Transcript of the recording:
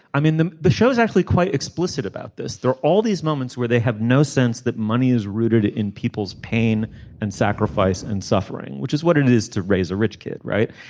i mean the the show's actually quite explicit about this. there are all these moments where they have no sense that money is rooted in people's pain and sacrifice and suffering which is what it is to raise a rich kid right.